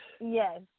yes